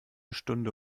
stunde